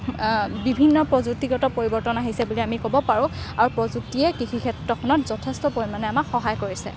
বিভিন্ন প্ৰযুক্তিগত পৰিৱৰ্তন আহিছে বুলি আমি ক'ব পাৰোঁ আৰু প্ৰযুক্তিয়ে কৃষিক্ষেত্ৰখনত যথেষ্ট পৰিমাণে আমাক সহায় কৰিছে